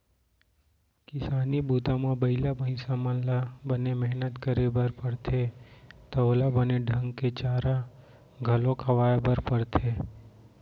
किसानी बूता म बइला भईंसा मन ल बने मेहनत करे बर परथे त ओला बने ढंग ले चारा घलौ खवाए बर परथे